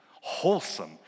wholesome